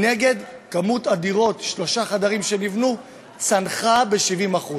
כמות הדירות של שלושה חדרים שנבנתה צנחה ב-70%.